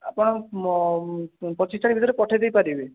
ଆପଣ ପଚିଶ ତାରିଖ ଭିତରେ ପଠାଇଦେଇପାରିବେ